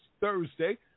Thursday